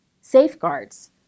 safeguards